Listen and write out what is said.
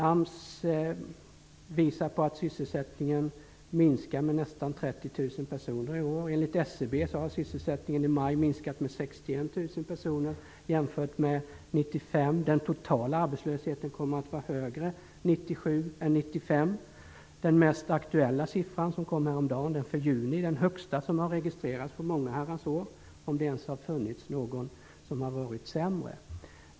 AMS visar på att sysselsättningen minskar med nästan 30 000 personer i år. Enligt SCB har sysselsättningen i maj minskat med 61 000 personer jämfört med 1995. Den totala arbetslösheten kommer att vara högre 1997 än den var 1995. Den mest aktuella siffran som kom häromdagen, den för juni, är den högsta som har registrerats på många herrans år - om det ens har funnits någon som har varit sämre.